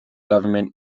government